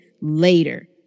later